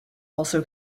also